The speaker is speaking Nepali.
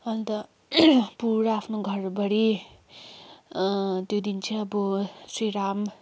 अन्त पुरा आफ्नो घरभरि त्योदिनचाहिँ अब श्री राम